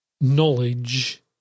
knowledge